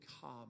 come